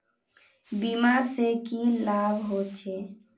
बीमा से की लाभ होचे?